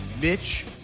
Mitch